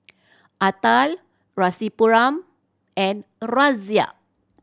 Atal Rasipuram and Razia